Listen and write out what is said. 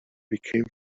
became